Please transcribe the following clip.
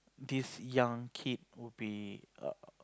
this young kid would be err